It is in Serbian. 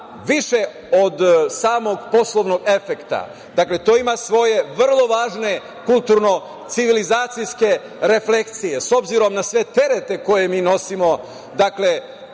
više od samog poslovnog efekta. To ima svoje vrlo važne kulturno civilizacijske refleksije, s obzirom na sve terete koje mi nosimo, dakle,